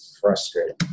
frustrating